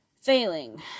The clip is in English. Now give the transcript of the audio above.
Failing